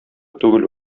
түгел